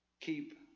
keep